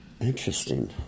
Interesting